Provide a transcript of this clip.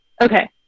Okay